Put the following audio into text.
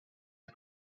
els